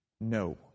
no